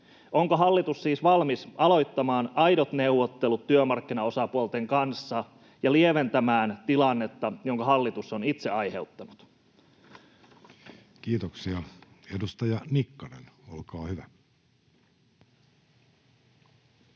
Onko hallitus siis valmis aloittamaan aidot neuvottelut työmarkkinaosapuolten kanssa ja lieventämään tilannetta, jonka hallitus on itse aiheuttanut? Kiitoksia. — Edustaja Nikkanen, olkaa hyvä. Arvoisa